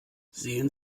sehen